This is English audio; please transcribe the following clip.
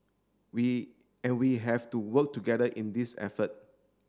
we and we have to work together in this effort